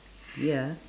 ya